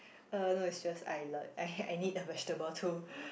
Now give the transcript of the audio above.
uh no it's just I I I need the vegetable too